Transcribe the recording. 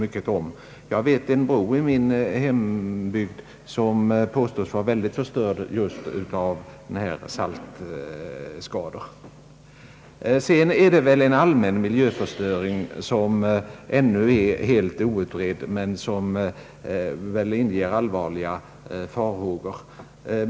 En bro i min hembygd påstås vara väldigt förstörd just av salt. Den allmänna miljöförstöringen genom saltningen är ännu helt outredd men inger allvarliga farhågor.